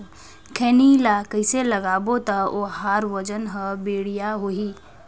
खैनी ला कइसे लगाबो ता ओहार वजन हर बेडिया होही?